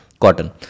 cotton